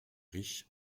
riche